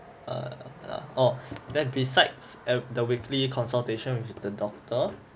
err orh then besides the weekly consultations with the doctor